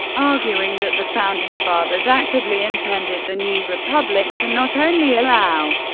arguing that the founding fathers actively intended the new republic to not only allow,